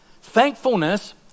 Thankfulness